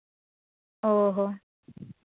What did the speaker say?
ᱚ ᱦᱚᱸ